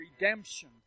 redemption